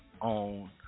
own